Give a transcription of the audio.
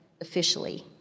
officially